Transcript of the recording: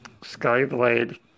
Skyblade